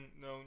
no